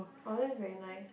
oh that's very nice